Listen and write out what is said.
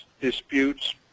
disputes